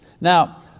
Now